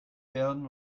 werden